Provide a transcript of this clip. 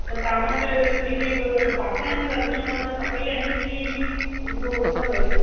त तव्हां वटि जेके बि बासण आहिनि रधिणे जा उहे सभई आहिनि की उहो कोन्ह आहिनि